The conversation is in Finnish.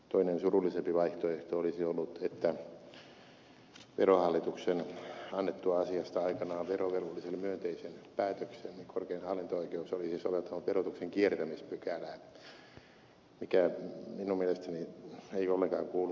toinen surullisempi vaihtoehto olisi ollut että verohallituksen annettua asiasta aikanaan verovelvolliselle myönteisen päätöksen korkein hallinto oikeus olisi soveltanut verotuksen kiertämispykälää mikä minun mielestäni ei ollenkaan kuulu sivistysvaltioon